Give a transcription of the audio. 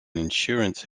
insurance